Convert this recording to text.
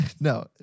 no